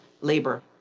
labor